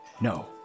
No